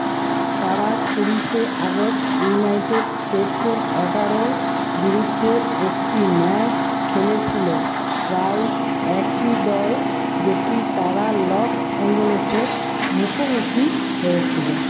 তারা কুড়ি শে আগস্ট ইউনাইটেড স্টেটসের এগারো বিরুদ্ধে একটি ম্যাচ খেলেছিল প্রায় একই দল যেটির তারা লস অ্যাঞ্জেলেসে মুখোমুখি হয়েছিল